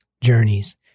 journeys